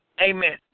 Amen